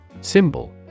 Symbol